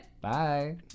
Bye